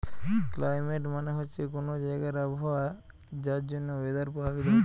climate মানে হচ্ছে কুনো জাগার আবহাওয়া যার জন্যে ওয়েদার প্রভাবিত হচ্ছে